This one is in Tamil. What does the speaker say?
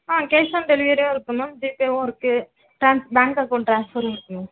ஆ கேஷ் ஆன் டெலிவரியும் இருக்குது மேம் ஜிபேவும் இருக்குது ட்ரான் பேங்க் அக்கௌண்ட் ட்ரான்ஸ்வரும் இருக்குது